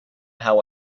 how